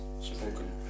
spoken